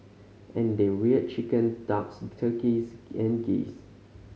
and they reared chicken ducks turkeys and geese